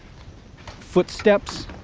footsteps,